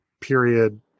period